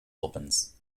opens